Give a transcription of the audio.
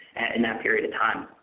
in that period of time.